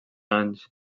anys